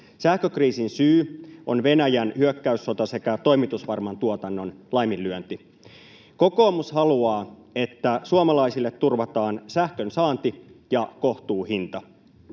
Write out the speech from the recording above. Sähkökriisin syy on Venäjän hyökkäyssota sekä toimitusvarman tuotannon laiminlyönti. Kokoomus haluaa, että suomalaisille turvataan sähkön saanti ja kohtuuhinta